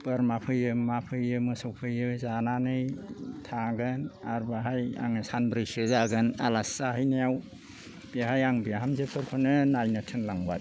बोरमा फैयो मा फैयो मोसौ फैयो जानानै थागोन आरो बाहाय आङो सानब्रैसो जागोन आलासि जाहैनायाव बेहाय आं बिहामजोफोरखौनो नायनो थोनलांबाय